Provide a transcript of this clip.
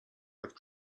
with